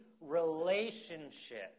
relationship